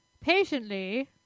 patiently